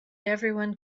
everyone